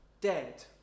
dead